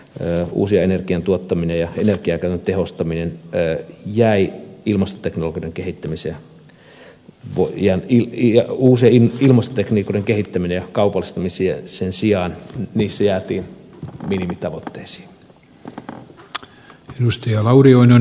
tää uusi energian vientiin ja uusioenergian tuottamisessa ja energiankäytön tehostamisessa ja uusien ilmastotekniikoiden kehittämisessä ja kaupallistamisessa sen sijaan missiä ja minimitavoitteeksi hän nosti jäätiin minimitavoitteisiin